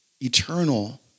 eternal